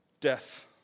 Death